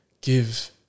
give